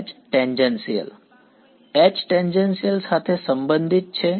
H tangential H tangential સાથે સંબંધિત છે